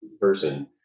person